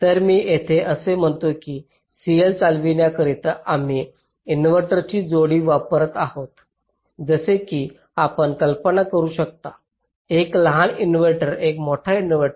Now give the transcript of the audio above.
तर मी येथे असे म्हणतो आहे की CL चालविण्याकरिता आम्ही इनव्हर्टरची जोडी वापरत आहोत जसे की आपण कल्पना करू शकता एक लहान इनव्हर्टर एक मोठा इन्व्हर्टर